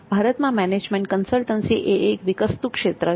ભારતમાં management consultancy એ એક વિકસતુ ક્ષેત્ર છે